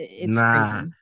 Nah